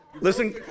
Listen